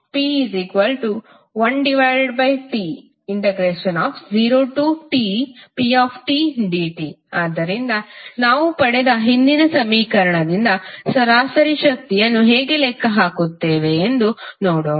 P1T0Tptdt ಆದ್ದರಿಂದ ನಾವು ಪಡೆದ ಹಿಂದಿನ ಸಮೀಕರಣದಿಂದ ಸರಾಸರಿ ಶಕ್ತಿಯನ್ನು ಹೇಗೆ ಲೆಕ್ಕ ಹಾಕುತ್ತೇವೆ ಎಂದು ನೋಡೋಣ